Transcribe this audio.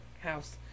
house